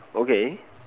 okay